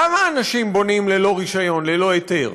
למה אנשים בונים ללא רישיון, ללא היתר?